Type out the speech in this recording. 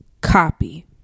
Copy